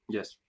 Yes